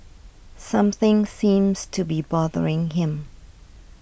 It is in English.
something seems to be bothering him